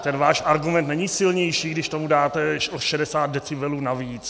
Ten váš argument není silnější, když tomu dáte šedesát decibelů navíc.